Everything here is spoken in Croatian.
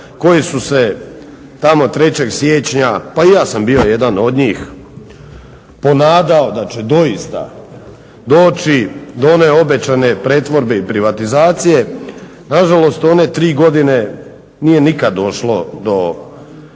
koji su se tamo 3. siječnja, pa i ja sam bio jedan od njih, ponadao da će doista doći do one obećane pretvorbe i privatizacije. Nažalost one tri godine nije nikad došlo do